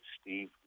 Steve